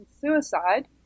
suicide